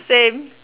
same